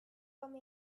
come